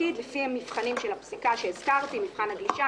התפקיד לפי המבחנים של הפסיקה שהזכרתי: מבחן הגלישה,